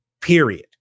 Period